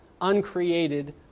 uncreated